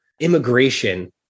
immigration